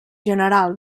general